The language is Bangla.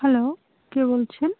হ্যালো কে বলছেন